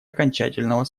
окончательного